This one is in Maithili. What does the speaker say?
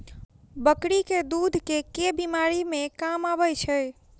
बकरी केँ दुध केँ बीमारी मे काम आबै छै?